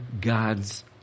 God's